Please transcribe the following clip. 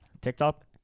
TikTok